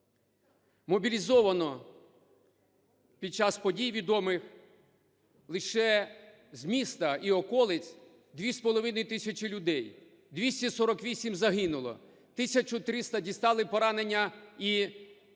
Мобілізовано під час подій відомих лише з міста і околиць 2,5 тисячі людей. 248 загинуло, 1 тисяча 300 дістали поранення і каліцтва,